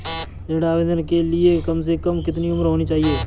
ऋण आवेदन के लिए कम से कम कितनी उम्र होनी चाहिए?